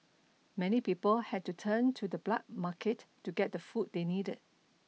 many people had to turn to the black market to get the food they needed